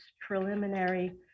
preliminary